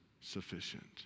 sufficient